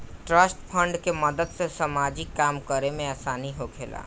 trust fund के मदद से सामाजिक काम करे में आसानी होखेला